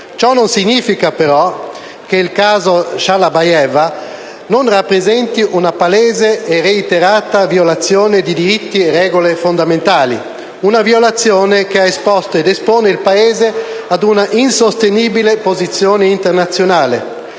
Ciò non significa, però, che il caso Shalabayeva non rappresenti una palese e reiterata violazione di diritti e di regole fondamentali. Una violazione che ha esposto ed espone il Paese ad una insostenibile posizione internazionale.